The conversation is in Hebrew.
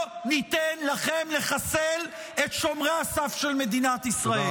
לא ניתן לכם לחסל את שומרי הסף של מדינת ישראל.